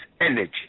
energy